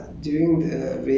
the pansa